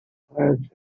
plants